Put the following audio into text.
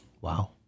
Wow